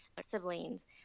siblings